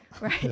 Right